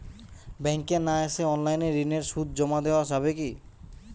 ব্যাংকে না এসে অনলাইনে ঋণের সুদ জমা দেওয়া যাবে কি?